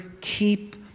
keep